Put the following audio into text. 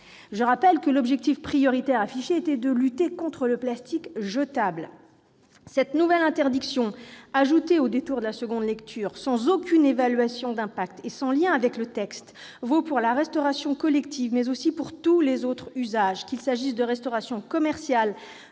Je rappelle que l'objectif prioritaire affiché était de lutter contre l'usage d'ustensiles en plastique jetables ! Cette nouvelle interdiction, ajoutée au détour de la deuxième lecture, sans aucune évaluation de son impact et sans lien avec le texte, vaut pour la restauration collective, mais aussi pour tous les autres usages, qu'il s'agisse de restauration commerciale,